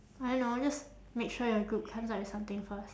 I don't know just make sure your group comes up with something first